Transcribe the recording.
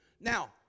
Now